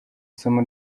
isomo